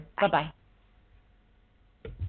Bye-bye